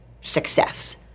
success